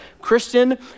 Christian